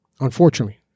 Unfortunately